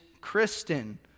Kristen